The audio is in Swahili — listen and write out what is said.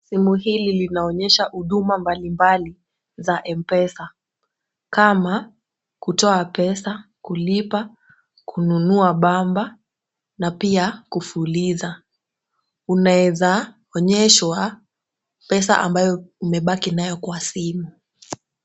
Sehemu hili linaonyesha huduma mbali mbali za M-Pesa kama kutoa pesa, kulipa, kununua bamba na pia kufuliza. Unaweza onyeshwa pesa ambayo umebaki nayo kwa simu.